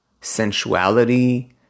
sensuality